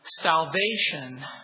Salvation